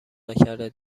نکرده